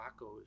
tacos